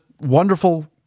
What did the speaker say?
wonderful